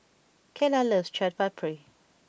Kaylah loves Chaat Papri